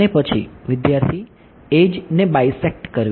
વિદ્યાર્થી એડ્જ ને બાયસેક્ટ કરવી